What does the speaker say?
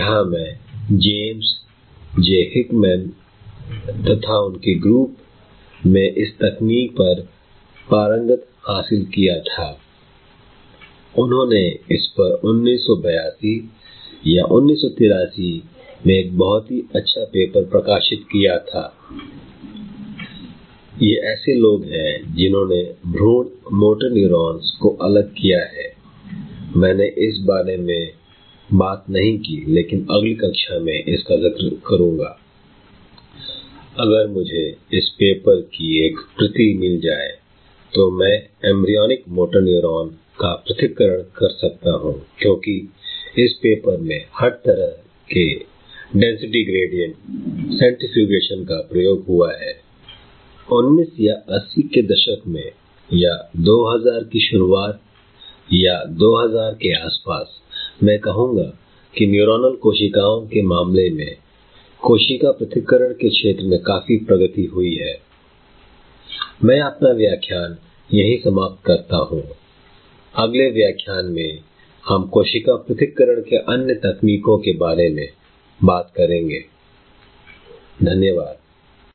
यहां मैं JAMES J HICKMAN GROUP मैं इस तकनीक पर पारंगत हासिल किया था I उन्होंने इस पर 1982 या 1983 मैं एक बहुत ही अच्छा पेपर प्रकाशित किया था I वह ऐसे लोग हैं जिन्होंने भ्रूण मोटर न्यूरॉन्स को अलग किया है I मैंने इस बारे में बात नहीं की लेकिन अगली कक्षा में इसका जिक्र करूंगा I अगर मुझे इस पेपर की एक प्रति मिल जाए तो मैं एंब्रीयॉनिक मोटर न्यूरॉन का पृथक्करण कर सकता हूं क्योंकि इस पेपर में हर तरह के डेंसिटी ग्रेडियंट सेंट्रीफ्यूजीएशन का प्रयोग हुआ है I19 या 80 के दशक में या 2000 की शुरुआत या 2003 के आसपास मैं कहूंगा कि न्यूरॉनल कोशिकाओं के मामले में कोशिका पृथक्करण के क्षेत्र में काफी प्रगति हुई है I मैं अपना व्याख्यान यहीं समाप्त करता हूँ I अगले व्याख्यान में हम कोशिका पृथक्करण के अन्य तकनीकों के बारे में बात करेंगे I धन्यवाद I